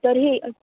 तर्हि